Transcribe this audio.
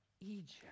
Egypt